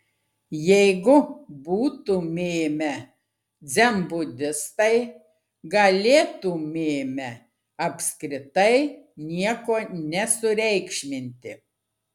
jeigu būtumėme dzenbudistai galėtumėme apskritai nieko nesureikšminti